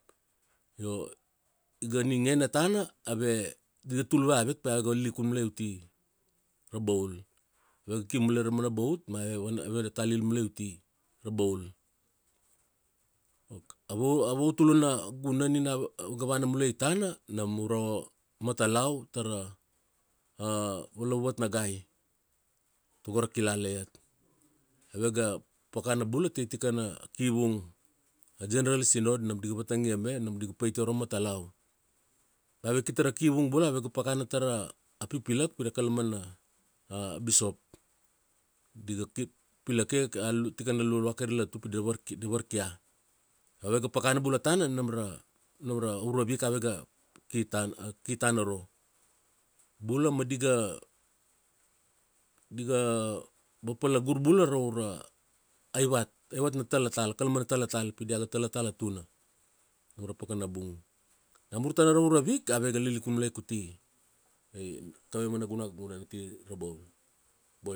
Io, iga ningene tana ave, di ga tulue avet pi avega lilikun mulai uti, Rabaul. Avega ki mulai ra mana boat ma vae vana a evega talil mulai uti Rabaul. Ava, a va- vatuluna gunan mulai nin avega vana mulai tana, nam uro Matalau tara valavuvat na gai, tago ra kilala iat. Avega pakana bula tai tikana kivung. A general sinod nam diga vatangia me, nam diga paitia aro matalau. Bea ave ki tara kivung bula ave ga pakana tara, a pipilak pi ra kalamana a bishop. Di ga ki, pilak ia tikana lualua kaira latu pi dira varki- vakia. Avega pakana bula tana nam ra nam, ra ura week ave ga ki tana, ki tana aro. Bula ma diga, diga vapalagur bula ra ura, aivat. Aivat na talatala, kalamana taltala bi diaga taltala tuna nam ra pakana bung. Namur tana ra ura week, avega lilikun mulai uti kaveve mana guna gunan uti Rabaul. Boina.